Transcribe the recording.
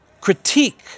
critique